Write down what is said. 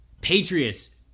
Patriots